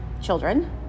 children